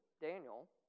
Daniel